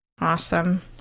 Awesome